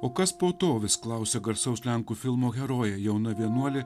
o kas po to vis klausia garsaus lenkų filmo herojė jauna vienuolė